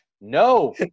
No